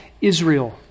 Israel